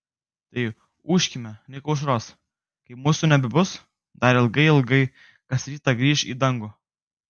tai ūžkime lig aušros kai mūsų nebebus dar ji ilgai ilgai kas rytą grįš į dangų